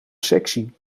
sexy